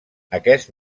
aquest